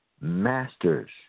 masters